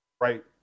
right